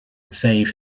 save